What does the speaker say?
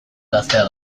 gaztea